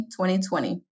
2020